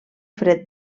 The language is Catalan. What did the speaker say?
fred